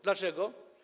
Dlaczego?